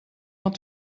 want